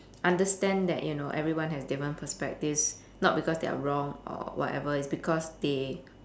understand that you know everyone has different perspectives not because they're wrong or whatever it's because they